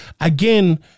again